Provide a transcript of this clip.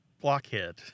blockhead